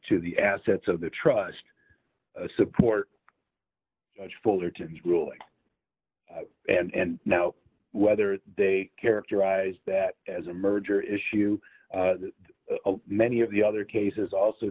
to the assets of the trust support fullerton's ruling d and know whether they characterize that as a merger issue many of the other cases also